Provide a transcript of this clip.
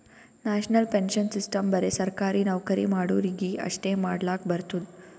national pension system ಬರೆ ಸರ್ಕಾರಿ ನೌಕರಿ ಮಾಡೋರಿಗಿ ಅಷ್ಟೇ ಮಾಡ್ಲಕ್ ಬರ್ತುದ್